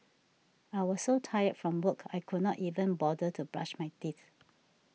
I was so tired from work I could not even bother to brush my teeth